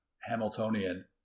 Hamiltonian